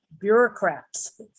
bureaucrats